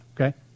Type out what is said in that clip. okay